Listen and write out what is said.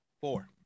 Four